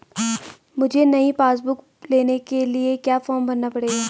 मुझे नयी passbook book लेने के लिए क्या फार्म भरना पड़ेगा?